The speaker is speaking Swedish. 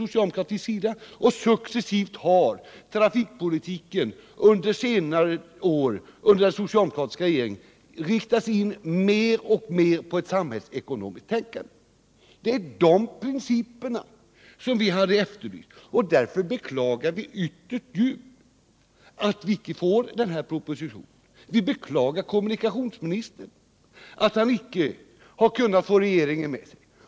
Vi hävdar det sistnämnda, och successivt har trafikpolitiken på senare år under den socialdemokratiska regeringen riktats in mer och mer på ett samhällsekonomiskt tänkande. Det är de principerna vi har efterlyst i dag. Vi beklagar mycket djupt att vi icke får den här propositionen. Vi beklagar att kommunikationsministern icke har kunnat få regeringen med sig.